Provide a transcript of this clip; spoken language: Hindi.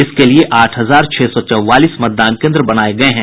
इसके लिये आठ हजार छह सौ चौवालीस मतदान केन्द्र बनाये गये हैं